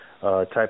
type